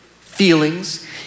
feelings